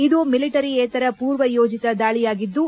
ಇದು ಮಿಲಿಟರಿಯೇತರ ಪೂರ್ವಯೋಜಿತ ದಾಳಿಯಾಗಿದ್ದು